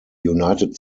united